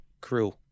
crew